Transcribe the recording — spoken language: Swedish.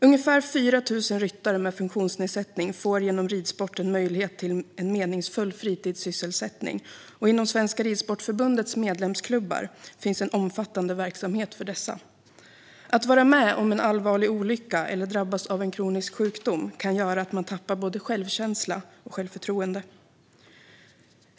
Ungefär 4 000 ryttare med funktionsnedsättning får genom ridsporten möjlighet till en meningsfull fritidssysselsättning, och inom Svenska Ridsportförbundets medlemsklubbar finns en omfattande verksamhet för dessa. Att vara med om en allvarlig olycka eller drabbas av en kronisk sjukdom kan göra att man tappar både självkänsla och självförtroende.